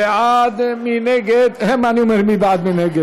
28 בעד, אין מתנגדים, אין נמנעים.